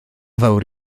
fawr